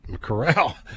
Corral